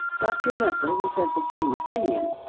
dr. nupper was of the same opinion.